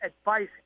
advice